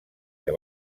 que